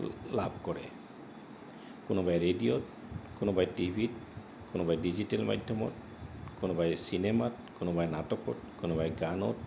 লাভ কৰে কোনোবাই ৰেডিঅ'ত কোনোবাই টি ভিত কোনোবাই ডিজিটেল মাধ্যমত কোনোবাই চিনেমাত কোনোবাই নাটকত কোনোবাই গানত